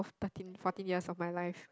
thirteen fourteen years of my life